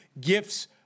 gifts